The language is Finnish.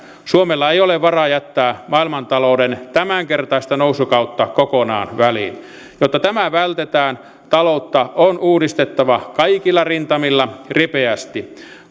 suomella ei ole varaa jättää maailmantalouden tämänkertaista nousukautta kokonaan väliin jotta tämä vältetään taloutta on uudistettava kaikilla rintamilla ripeästi